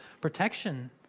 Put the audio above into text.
protection